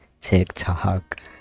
tiktok